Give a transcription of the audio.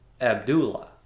Abdullah